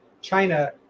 China